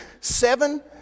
seven